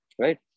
right